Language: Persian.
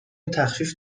تخفیف